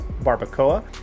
Barbacoa